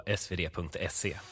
svd.se